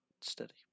Steady